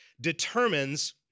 determines